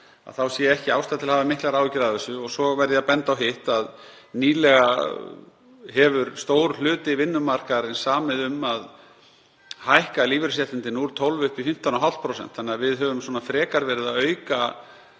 sé ekki ástæða til að hafa miklar áhyggjur af þessu. Og svo verð ég að benda á hitt, að nýlega hefur stór hluti vinnumarkaðarins samið um að hækka lífeyrisréttindin úr 12% upp í 15,5% þannig að við höfum frekar verið að auka